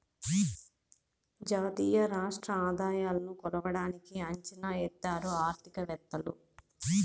జాతీయ రాష్ట్ర ఆదాయాలను కొలవడానికి అంచనా ఎత్తారు ఆర్థికవేత్తలు